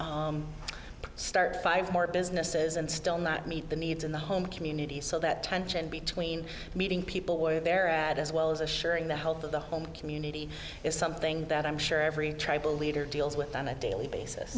actually start five more businesses and still not meet the needs in the home community so that tension between meeting people with their ad as well as assuring the health of the home community is something that i'm sure every tribal leader deals with on a daily basis